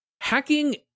hacking